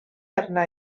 arna